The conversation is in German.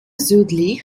südlich